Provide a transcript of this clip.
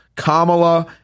Kamala